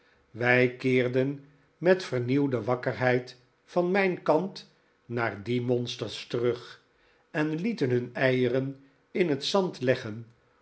wij keerden met vernieuwde wakkerheid van mijn kant naar die monsters terug en lieten hun eieren in het zand leggen